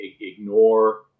ignore